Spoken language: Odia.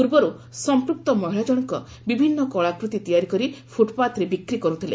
ପୂର୍ବରୁ ସମ୍ମୁକ୍ତ ମହିଳା ଜଣକ ବିଭିନ୍ନ କଳାକୃତି ତିଆରି କରି ଫୁଟ୍ପାଥ୍ରେ ବିକ୍ରି କରୁଥିଲେ